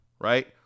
Right